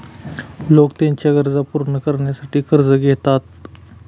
लोक त्यांच्या गरजा पूर्ण करण्यासाठी कर्ज घेतात